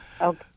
Okay